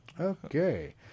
Okay